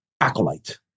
acolyte